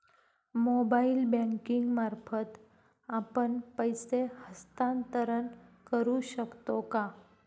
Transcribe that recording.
Mobile banking मार्फत आपण पैसे हस्तांतरण करू शकतो का?